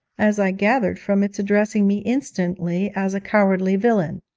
as i gathered from its addressing me instantly as a cowardly villain.